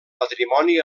patrimoni